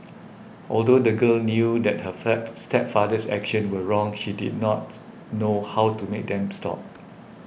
although the girl knew that her stepfather's actions were wrong she did not know how to make them stop